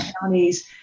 counties